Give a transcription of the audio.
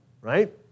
right